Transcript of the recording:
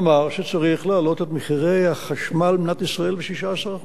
אמר שצריך להעלות את מחירי החשמל במדינת ישראל ב-16%,